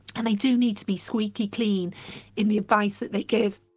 and they do need to be squeaky clean in the advice that they give.